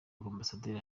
ambasaderi